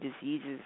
diseases